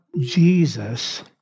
Jesus